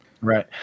Right